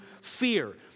fear